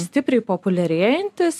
stipriai populiarėjantis